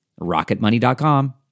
rocketmoney.com